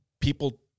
people